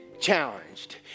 challenged